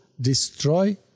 destroy